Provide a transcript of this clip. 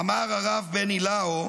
אמר הרב בני לאו